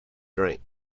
drink